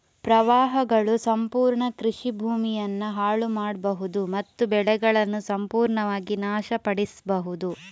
ಪ್ರವಾಹಗಳು ಸಂಪೂರ್ಣ ಕೃಷಿ ಭೂಮಿಯನ್ನ ಹಾಳು ಮಾಡ್ಬಹುದು ಮತ್ತು ಬೆಳೆಗಳನ್ನ ಸಂಪೂರ್ಣವಾಗಿ ನಾಶ ಪಡಿಸ್ಬಹುದು